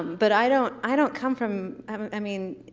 but i don't i don't come from, i mean,